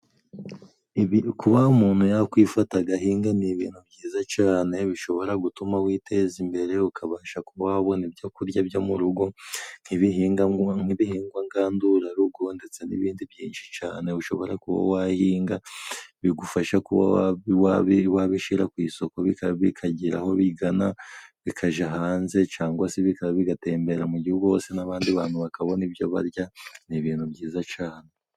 Ibi kuba umuntu yakwifata agahinga ni ibintu byiza cane bishobora gutuma witeza imbere ukabasha kuba wabona ibyo kurya byo mu rugo nk'ibihindangwa nk'ibihingwa ngandurarugo ndetse n'ibindi byinshi cane ushobora kuba wahinga bigufasha kuba wawa wabishyira ku isoko bika bikagira aho bigana bikajya hanze cangwase bika bigatembera mu gihugu hose n'abandi bantu bakabona ibyo barya ni ibintu byiza cane.